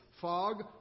fog